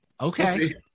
Okay